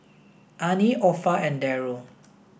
Anie Orpha and Deryl